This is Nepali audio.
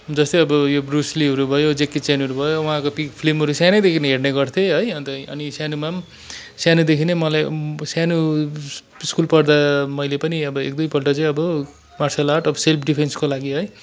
जस्तै अब यो ब्रुसलीहरू भयो जेकी चेनहरू भयो उहाँको पिक् फिल्महरू सानैदेखि हेर्ने गर्थेँ है अन्त अनि सानोमा पनि सानोदेखि नै मलाई सानो स्कुल पढ्दा मैले पनि अब एक दुईपल्ट चाहिँ अब मार्सल आर्ट अब सेल्फ डिफेन्सको लागि है